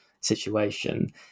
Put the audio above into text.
situation